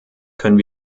können